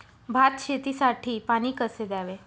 भात शेतीसाठी पाणी कसे द्यावे?